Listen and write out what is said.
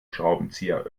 schraubenzieher